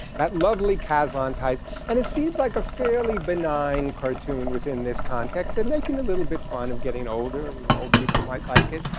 that lovely caslon type, and it seems like a fairly benign cartoon within this context. it's and making a little bit fun of getting older, and, you know, people might like it.